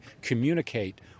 communicate